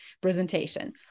presentation